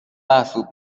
محسوب